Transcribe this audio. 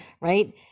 right